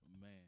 Man